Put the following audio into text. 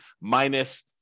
minus